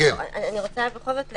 אני רוצה בכל זאת להגיד,